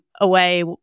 away